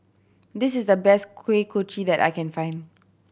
this is the best Kuih Kochi that I can find